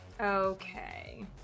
Okay